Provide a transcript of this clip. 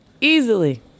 Easily